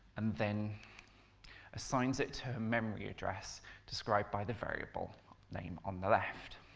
and then assigns it to a memory address described by the variable name on the left.